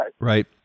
Right